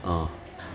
a